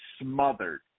smothered